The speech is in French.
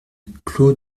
claux